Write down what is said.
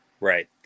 Right